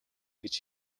гэж